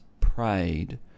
prayed